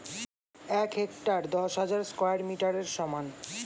এক হেক্টার দশ হাজার স্কয়ার মিটারের সমান